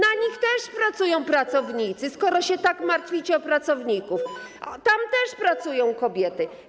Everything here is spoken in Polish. Tam też pracują pracownicy - skoro tak się martwicie o pracowników - tam też pracują kobiety.